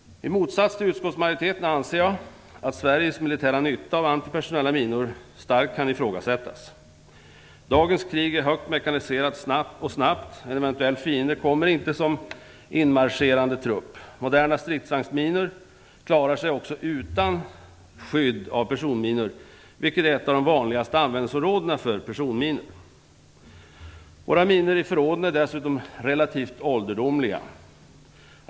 I motsats till utskottsmajoriteten anser jag att Sveriges militära nytta av antipersonella minor starkt kan ifrågasättas. Dagens krig är högt mekaniserat och snabbt, en eventuell fiende kommer inte som inmarscherande trupp. Moderna stridsvagnsminor klarar sig också utan "skydd" av personminor, vilket är ett av de vanligaste användningsområdena för personminor. Våra minor i förråden är dessutom relativt ålderdomliga.